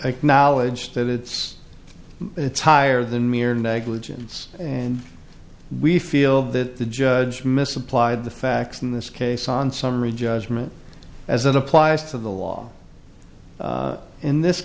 acknowledge that it's it's higher than mere negligence and we feel that the judge misapplied the facts in this case on summary judgment as it applies to the law in this